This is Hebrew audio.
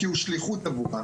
כי הוא שליחות עבורם.